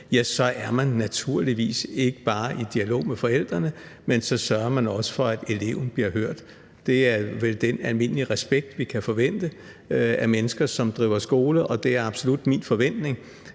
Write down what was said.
er man naturligvis ikke bare i dialog med forældrene, men så sørger man også for, at eleven bliver hørt. Det er vel den almindelige respekt, vi kan forvente af mennesker, som driver skole, og det er absolut min forventning